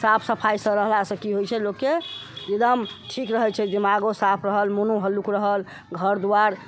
साफ सफाइसँ रहलासँ की होइ छै लोकके एकदम ठीक रहै छै दिमागो साफ रहल मोनो हल्लुक रहल घर दुआरि